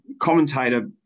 commentator